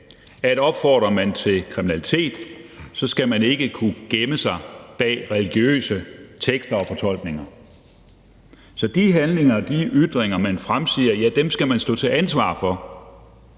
at opfordrer man til kriminalitet, skal man ikke kunne gemme sig bag religiøse tekster og fortolkninger. Så de handlinger og de ytringer, man fremsiger, skal man stå til ansvar for,